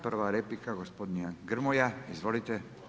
Prva replika gospodin Grmoja, izvolite.